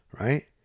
right